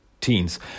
teens